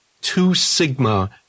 two-sigma